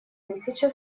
тысяча